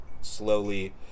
slowly